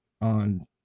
on